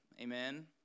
amen